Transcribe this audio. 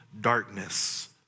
darkness